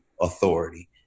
authority